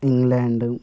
England